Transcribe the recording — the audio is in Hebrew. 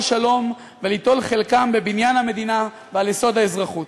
שלום וליטול חלקם בבניין המדינה על יסוד אזרחות